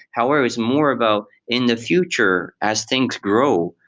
however, it's more about in the future, as things grow,